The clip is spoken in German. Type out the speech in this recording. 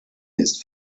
ist